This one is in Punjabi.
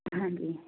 ਹਾਂਜੀ